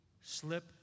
slip